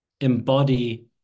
embody